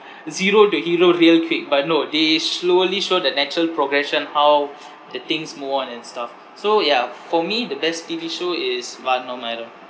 zero to hero real quick but no they slowly show the natural progression how the things move on and stuff so ya for me the best T_V show is vaaranam aayiram